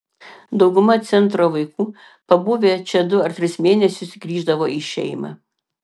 dauguma centro vaikų pabuvę čia du ar tris mėnesius grįždavo į šeimą